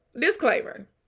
disclaimer